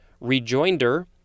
Rejoinder